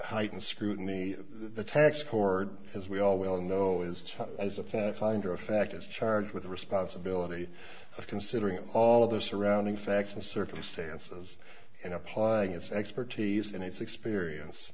heightened scrutiny of the tax court as we all well know is as a fact finder of fact is charged with the responsibility of considering all of the surrounding facts and circumstances in applying its expertise and its experience